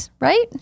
right